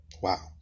Wow